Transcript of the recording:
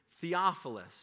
Theophilus